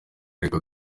ariko